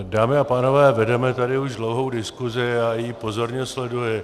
Dámy a pánové, vedeme tady už dlouhou diskusi a já ji pozorně sleduji.